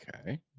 Okay